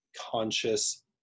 conscious